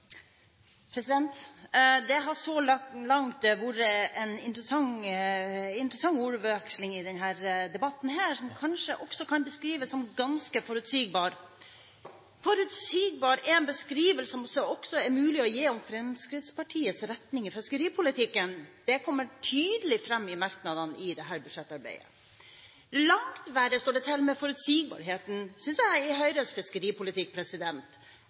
Det har så langt vært en interessant ordveksling i denne debatten, som kanskje også kan beskrives som ganske forutsigbar. Forutsigbar er en beskrivelse som også er mulig å gi om Fremskrittspartiets retning i fiskeripolitikken. Det kommer tydelig fram i merknadene i dette budsjettet. Langt verre synes jeg det står til med forutsigbarheten i Høyres fiskeripolitikk.